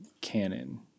canon